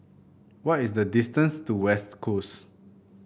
what is the distance to West Coast